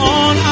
on